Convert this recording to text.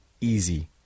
easy